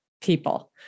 people